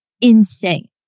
insane